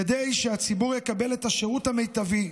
כדי שהציבור יקבל את השירות המיטבי,